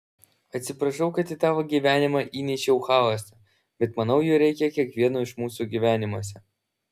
atsiprašau kad į tavo gyvenimą įnešiau chaoso bet manau jo reikia kiekvieno iš mūsų gyvenimuose